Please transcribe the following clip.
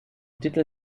titel